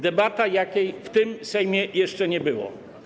Debata, jakiej w tym Sejmie jeszcze nie było.